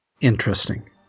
interesting